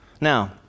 Now